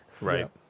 Right